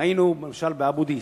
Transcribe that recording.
דהיינו למשל באבו-דיס.